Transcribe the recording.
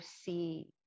see